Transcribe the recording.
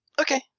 Okay